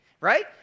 Right